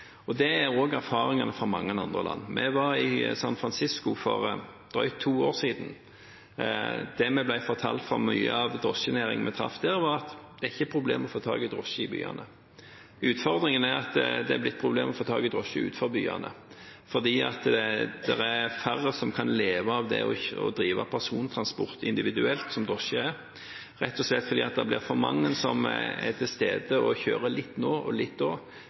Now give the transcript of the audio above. Det er også erfaringen fra mange andre land. Vi var i San Francisco for drøyt to år siden. Det vi ble fortalt fra mye av den drosjenæringen vi traff der, var at det ikke er et problem å få tak i drosje i byene. Utfordringen er at det er blitt et problem å få tak i drosjer utenfor byene, for det er færre som kan leve av å drive persontransport individuelt, som drosjer er, rett og slett fordi det blir for mange som er til stede og kjører litt nå og litt da